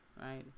right